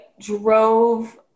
drove –